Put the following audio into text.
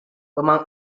among